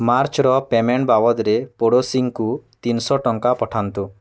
ମାର୍ଚ୍ଚ୍ର payment ବାବଦରେ ପଡ଼ୋଶୀଙ୍କୁ ତିନିଶହ ଟଙ୍କା ପଠାନ୍ତୁ